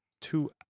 Two